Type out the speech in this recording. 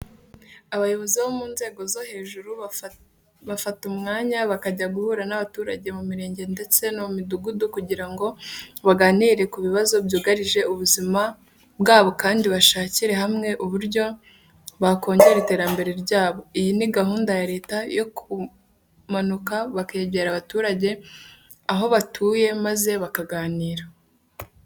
Abayobozi bo mu nzego zo hejuru bafata umwanya bakajya guhura n'abaturage mu mirenge ndetse no mu midugudu kugira ngo baganire ku bibazo byugarije ubuzima bwabo kandi bashakire hamwe uburyo bakongera iterambere ryabo. Iyi ni gahunda ya Leta yo kumanuka bakegera abaturage aho batuye maze bakaganira.